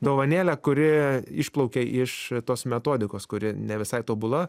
dovanėlę kuri išplaukia iš tos metodikos kuri ne visai tobula